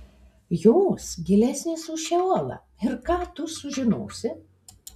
jos gilesnės už šeolą ir ką tu sužinosi